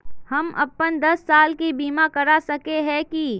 हम अपन दस साल के बीमा करा सके है की?